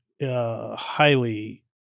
highly